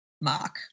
mark